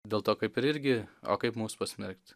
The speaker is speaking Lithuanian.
dėl to kaip ir irgi o kaip mus pasmerkt